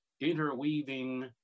interweaving